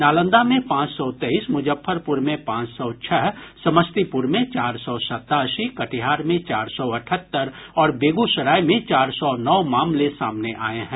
नांलदा में पांच सौ तेईस मुजफ्फरपुर में पांच सौ छह समस्तीपुर में चार सौ सतासी कटिहार में चार सौ अठहत्तर और बेगूसराय में चार सौ नौ मामले सामने आये हैं